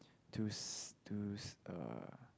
to to uh